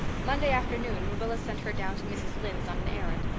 monday afternoon marilla sent her down to mrs. lynde's on an errand.